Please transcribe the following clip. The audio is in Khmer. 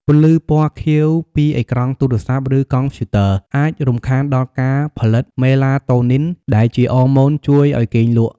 ពន្លឺពណ៌ខៀវពីអេក្រង់ទូរស័ព្ទ ឬកុំព្យូទ័រអាចរំខានដល់ការផលិតមេឡាតូនីនដែលជាអរម៉ូនជួយឱ្យគេងលក់។